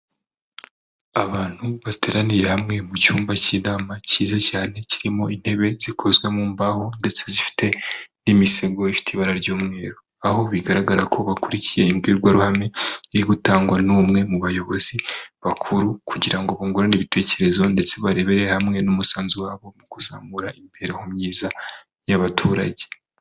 Abantu bateraniye hamwe mucyumba cyinama cyiza cyane cyirimo intebe zikozwe mumbaho ndetse zifite imisego ifite ibara ry'umweru, aho bigaragara ko bakurikiye ibwirwaruhame irigutangwa n'umwe mu bayobozi bakuru kugira ngo bungurane ibitekerezo ndetse barebere hamwe umusanzu wabo mukuzamura imibereho myiza y'abaturage